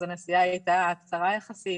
אז הנסיעה היא הייתה קצרה יחסית,